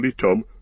Tom